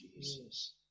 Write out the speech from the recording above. Jesus